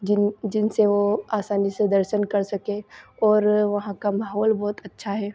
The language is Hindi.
जिन जिनसे वो आसानी से दर्शन कर सकें और वहाँ का माहौल बहुत अच्छा है